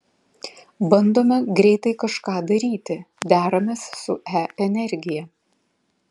bandome greitai kažką daryti deramės su e energija